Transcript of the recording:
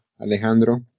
Alejandro